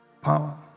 power